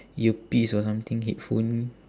earpiece or something headphone